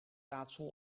raadsel